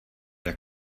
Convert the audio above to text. jak